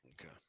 Okay